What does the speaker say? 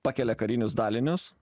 pakelia karinius dalinius